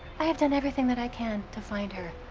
i have done everything that i can to find her.